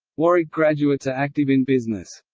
warwick graduates are active in business.